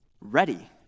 ready